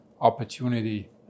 opportunity